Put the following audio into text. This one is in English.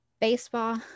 Baseball